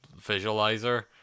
visualizer